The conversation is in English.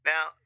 Now